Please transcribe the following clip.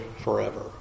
forever